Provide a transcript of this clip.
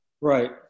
Right